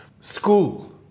School